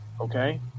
Okay